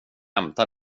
hämta